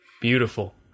Beautiful